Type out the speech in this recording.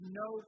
no